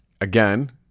again